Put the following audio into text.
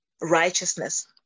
righteousness